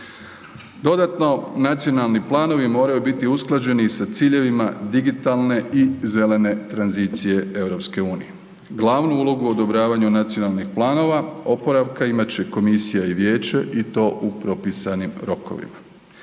Dodatno, nacionalni planovi moraju biti usklađeni sa ciljevima digitalne i zelene tranzicije EU. Glavnu ulogu u odobravanju nacionalnih planova oporavka, imat će Komisija i Vijeće i to u propisanim rokovima.